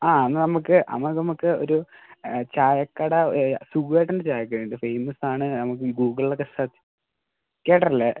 ആ എന്നാൽ നമുക്ക് അപ്പോൾ നമുക്ക് ഒരു ചായക്കട സുകുവേട്ടൻ്റെ ചായക്കട ഉണ്ട് ഫേമസ് ആണ് നമുക്ക് ഗൂഗിളിൽ ഒക്കെ സെർച്ച് കേട്ടിട്ടില്ലേ